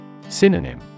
Synonym